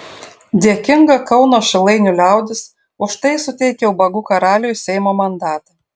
dėkinga kauno šilainių liaudis už tai suteikė ubagų karaliui seimo mandatą